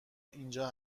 اینجا